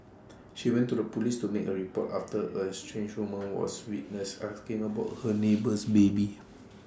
she went to the Police to make A report after A strange woman was witnessed asking about her neighbour's baby